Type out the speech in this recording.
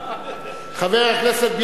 חבר הכנסת בילסקי,